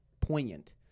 poignant